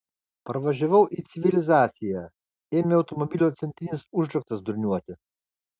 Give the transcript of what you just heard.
parvažiavau į civilizaciją ėmė automobilio centrinis užraktas durniuoti